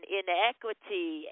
inequity